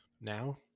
now